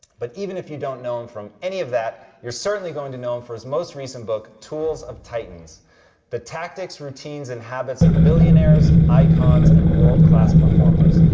but even if you don't know him from any of that you're certainly going to know him for his most recent book, tools of titans the tactics, routines, and habits of billionaires, icons, and world class performers.